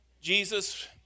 Jesus